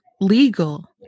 legal